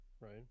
right